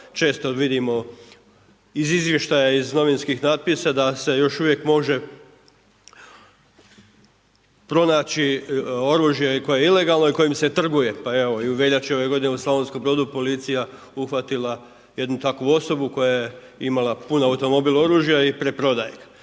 često vidimo iz izvještaja iz novinskih natpisa da se još uvijek može pronaći oružje koje je ilegalno i kojim se trguje, pa evo i u veljači ove godine u Slavonskom Brodu policija je uhvatila jednu takvu osobu koja je imala pun automobil oružja i preprodaje ga.